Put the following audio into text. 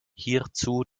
hierzu